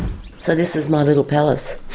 so this is my little palace.